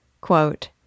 Quote